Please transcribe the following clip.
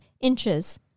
inches